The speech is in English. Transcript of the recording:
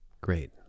Great